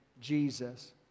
Jesus